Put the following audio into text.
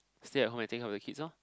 stay at home and take care of the kids lor